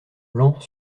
blanc